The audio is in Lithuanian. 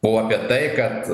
buvo apie tai kad